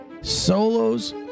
solos